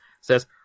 says